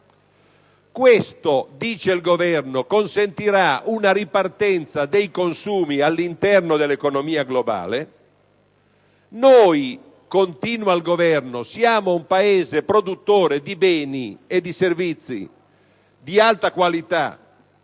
Questo - dice il Governo - consentirà una ripartenza dei consumi all'interno dell'economia globale; noi - continua il Governo - siamo un Paese produttore di beni e servizi di alta qualità